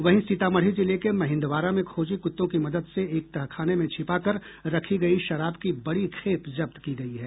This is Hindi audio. वहीं सीतामढ़ी जिले के महिन्दवारा में खोजी कुत्तों की मदद से एक तहखाने में छिपाकर रखी गयी शराब की बड़ी खेप जब्त की गयी है